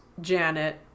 Janet